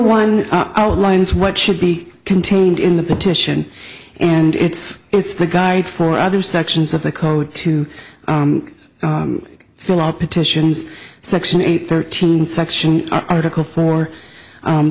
one outlines what should be contained in the petition and it's it's the guide for other sections of the code to fill out petitions section eight thirteen section article four